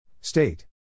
state